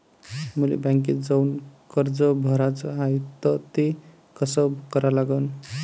मले बँकेत जाऊन कर्ज भराच हाय त ते कस करा लागन?